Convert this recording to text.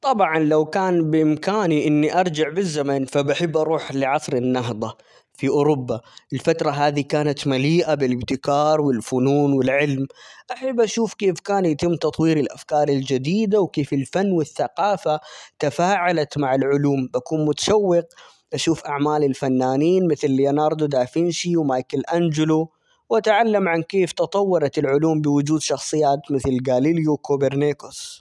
طبعًا لو كان بإمكاني إني أرجع بالزمن ،فبحب أروح لعصر النهضة في أوروبا الفترة هذي كانت مليئة بالابتكار ،والفنون ،والعلم ،أحب أشوف كيف كان يتم تطوير الأفكار الجديدة وكيف الفن والثقافة تفاعلت مع العلوم، بكون متشوق أشوف أعمال الفنانين مثل: ليوناردو دافنشي ،ومايكل أنجلو ،وأتعلم عن كيف تطورت العلوم بوجود شخصيات مثل جاليليو كوبرنيكوس.